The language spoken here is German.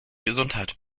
gesundheit